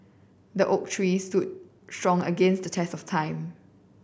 the oak tree stood strong against the test of time